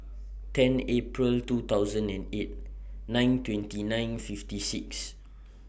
ten April two thousand and eight nine twenty nine fifty six